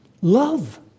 Love